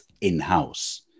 in-house